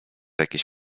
jakieś